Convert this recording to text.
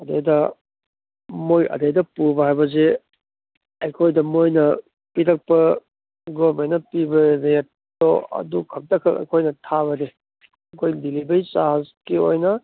ꯑꯗꯨꯗ ꯃꯣꯏ ꯑꯗꯩꯗ ꯄꯨꯕ ꯍꯥꯏꯕꯁꯦ ꯑꯩꯈꯣꯏꯗ ꯃꯣꯏꯅ ꯄꯤꯔꯛꯄ ꯒꯣꯔꯟꯃꯦꯟꯅ ꯄꯤꯕ ꯔꯦꯠꯇꯣ ꯑꯗꯨꯈꯛꯇꯈꯛ ꯑꯩꯈꯣꯏꯅ ꯊꯥꯕꯅꯤ ꯑꯩꯈꯣꯏ ꯗꯦꯂꯤꯚꯔꯤ ꯆꯥꯔꯖꯀꯤ ꯑꯣꯏꯅ